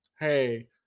hey